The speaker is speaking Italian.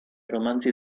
romanzi